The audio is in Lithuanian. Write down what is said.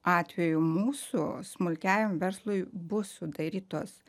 atveju mūsų smulkiajam verslui bus sudarytos